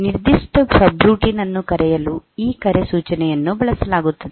ನಿರ್ದಿಷ್ಟ ಸಬ್ರೂಟೀನ್ ಅನ್ನು ಕರೆಯಲು ಈ ಕರೆ ಸೂಚನೆಯನ್ನು ಬಳಸಲಾಗುತ್ತದೆ